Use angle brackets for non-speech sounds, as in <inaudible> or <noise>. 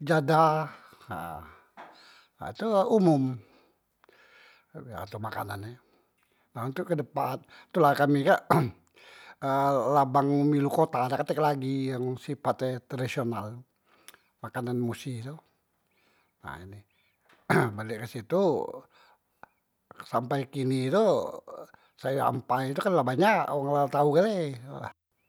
jadah, ha tu umum untuk makanan e, ha ntok kedepan, tula kami kak <noise> labang milu kota dak tek lagi yang sipat e tradisional makanan musi tu, ha ini <noise> balek ke situ sampai kini tu sayor ampai tu kan la banyak wong la tau gale. <hesitation>